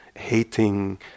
Hating